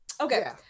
Okay